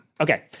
Okay